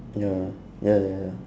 ya ya ya ya